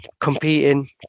competing